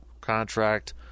contract